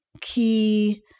key